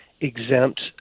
exempt